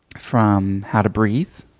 from how to breathe